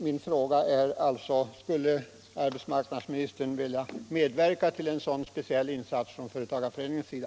Min fråga är därför: Skulle arbetsmarknadsministern vilja medverka till en sådan speciell insats från företagarföreningens sida?